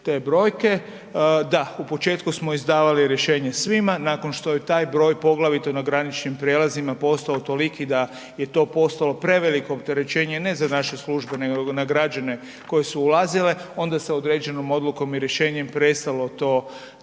Da, u početku smo izdavali rješenja svima, nakon što je taj broj poglavito na graničnim prijelazima postao toliki da je to postalo preveliko opterećenje ne za naše službe nego za građane koji su ulazili, onda se određenom odlukom i rješenjem prestalo to na taj